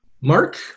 Mark